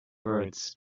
birds